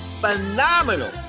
phenomenal